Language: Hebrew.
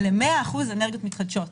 למאה אחוז אנרגיות מתחדשות.